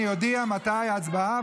אני אודיע מתי ההצבעה,